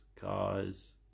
cars